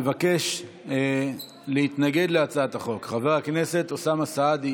מבקש להתנגד להצעת החוק חבר הכנסת אוסאמה סעדי.